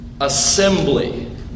assembly